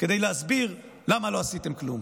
כדי להסביר למה לא עשיתם כלום.